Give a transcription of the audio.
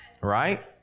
Right